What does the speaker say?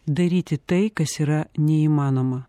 daryti tai kas yra neįmanoma